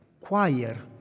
choir